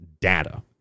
data